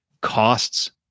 costs